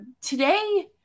Today